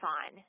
on